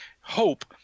hope